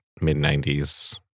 mid-90s